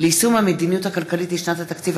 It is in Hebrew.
נורית קורן, שרן השכל,